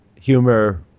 humor